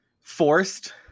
Forced